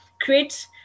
create